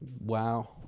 wow